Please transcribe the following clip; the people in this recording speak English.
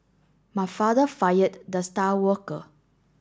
my father fired the star worker